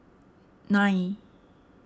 nine